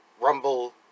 Rumble